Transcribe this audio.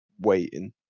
waiting